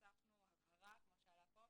עשינו אתמול דיון ארוך כדי לסיים את החוק,